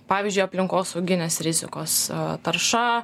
pavyzdžiui aplinkosauginės rizikos tarša